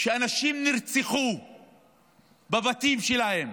שאנשים נרצחו בבתים שלהם,